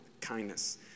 kindness